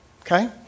okay